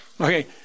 Okay